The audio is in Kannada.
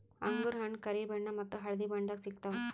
ಅಂಗೂರ್ ಹಣ್ಣ್ ಕರಿ ಬಣ್ಣ ಮತ್ತ್ ಹಳ್ದಿ ಬಣ್ಣದಾಗ್ ಸಿಗ್ತವ್